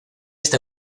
esta